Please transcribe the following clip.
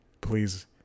please